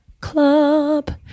club